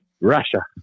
Russia